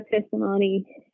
testimony